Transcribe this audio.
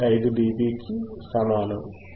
5dB కు సమానం